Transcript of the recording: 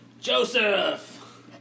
Joseph